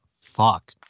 fuck